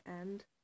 end